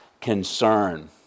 concern